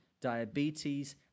diabetes